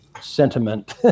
sentiment